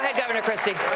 governor christie.